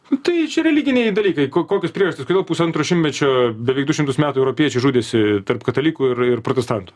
nu tai čia religiniai dalykai kokios priežastys kodėl pusantro šimtmečio beveik du šimtus metų europiečiai žudėsi tarp katalikų ir ir protestantų